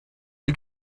you